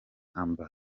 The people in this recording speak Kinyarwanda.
amb